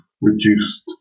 reduced